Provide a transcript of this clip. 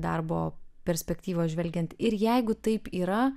darbo perspektyvos žvelgiant ir jeigu taip yra